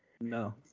No